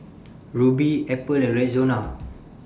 Rubi Apple and Rexona